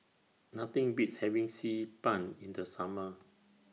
Nothing Beats having Xi Ban in The Summer